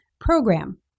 program